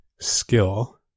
skill